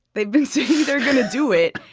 they've been saying they're going to do it.